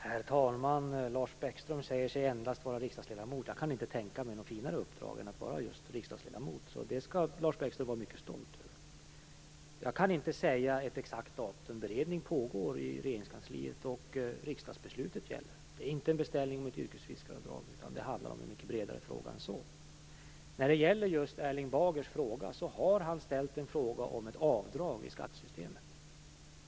Herr talman! Lars Bäckström säger sig endast vara riksdagsledamot. Jag kan inte tänka mig något finare uppdrag. Det skall Lars Bäckström vara mycket stolt över. Jag kan inte ange något exakt datum. Beredning pågår inom Regeringskansliet och riksdagsbeslutet gäller. Det är inte en beställning om ett yrkesfiskaravdrag utan det handlar om en mycket bredare fråga än så. Erling Bager har ställt en fråga om ett avdrag i skattesystemet.